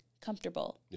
comfortable